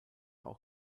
auch